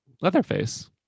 Leatherface